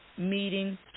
meeting